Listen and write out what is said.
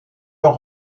leur